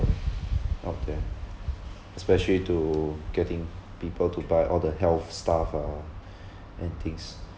out there especially to getting people to buy all the health stuff ah and things